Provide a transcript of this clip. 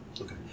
Okay